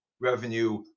revenue